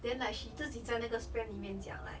then like she 自己在那个 spam 里面讲 like